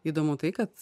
įdomu tai kad